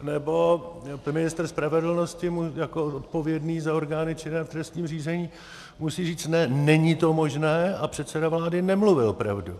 Nebo ministr spravedlnosti mu jako odpovědný za orgány činné v trestním řízení musí říct: ne, není to možné a předseda vlády nemluvil pravdu.